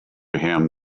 him